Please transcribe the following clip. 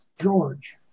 George